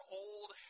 old